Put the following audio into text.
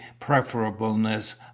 preferableness